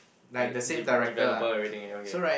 is it dev~ developer everything and okay